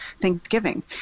Thanksgiving